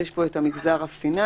יש פה את המגזר הפיננסי,